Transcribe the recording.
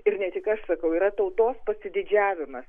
ir ne tik aš sakau yra tautos pasididžiavimas